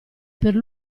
per